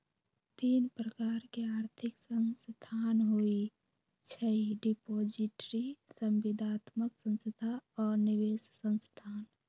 तीन प्रकार के आर्थिक संस्थान होइ छइ डिपॉजिटरी, संविदात्मक संस्था आऽ निवेश संस्थान